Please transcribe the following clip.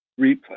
replay